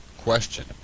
question